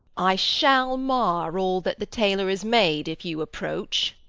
i shall mar all that the tailor has made, if you approach.